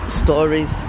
stories